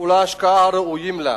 ולהשקעה הראויים לה,